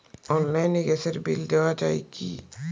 অনলাইনে গ্যাসের বিল দেওয়া যায় কি?